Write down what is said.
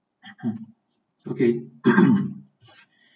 um okay